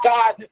God